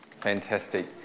Fantastic